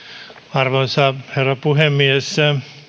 arvoisa herra puhemies